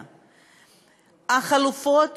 להגיד, אני יודעת שיש חלופות